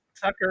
Tucker